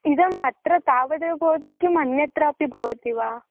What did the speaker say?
इदम् अत्र तावदेव भवति किम् अन्यत्रापि भवति वा